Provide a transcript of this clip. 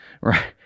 right